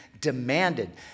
demanded